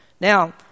Now